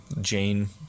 Jane